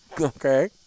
Okay